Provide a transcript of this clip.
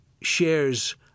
shares